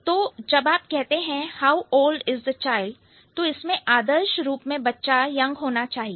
तो जब आप कहते हैं how old is the child तो इसमें आदर्श रूप में बच्चा यंग होना चाहिए